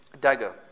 dagger